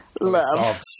Love